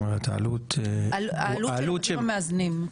העלות של הבתים המאזנים.